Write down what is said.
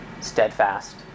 steadfast